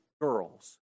girls